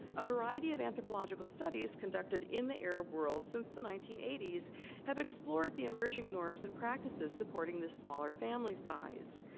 a variety of anthropological studies conducted in the arab world since the nineteen eighty s have explored the emerging norms and practices supporting this smaller family size.